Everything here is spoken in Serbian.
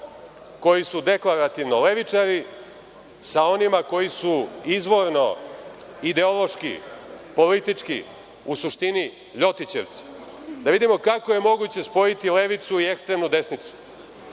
koji su deklarativno levičari sa onima koji su izvorno, ideološki, politički u suštini „ljotićevci“. Da vidimo kako je moguće spojiti levicu i ekstremnu desnicu